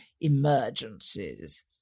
emergencies